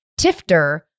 Tifter